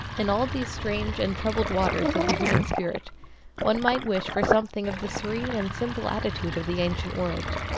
in all these strange and troubled waters of the human spirit one might wish for something of the serene and simple attitude of the ancient world.